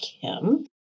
Kim